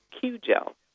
Q-Gel